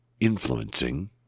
influencing